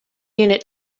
unit